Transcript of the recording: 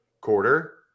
Quarter